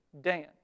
Dan